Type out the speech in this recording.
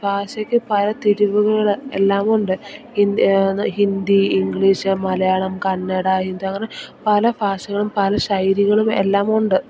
ഭാഷയ്ക്ക് പല തിരുവുകൾ എല്ലാമുണ്ട് ഹിന്ദി ഹിന്ദി ഇംഗ്ലീഷ് മലയാളം കന്നഡ ഹിന്ദി അങ്ങനെ പല ഭാഷകളും പല ശൈലികളും എല്ലാമുണ്ട്